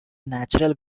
natural